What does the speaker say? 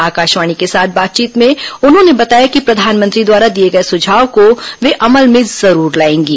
आकाशवाणी के साथ बातचीत में उन्होंने बताया कि प्रधानमंत्री द्वारा दिए गए सुझाव को वे अमल में जरूर लाएंगी